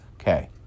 Okay